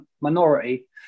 minority